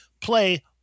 Play